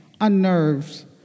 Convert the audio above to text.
unnerves